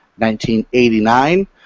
1989